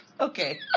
Okay